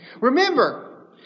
Remember